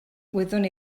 wyddwn